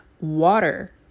water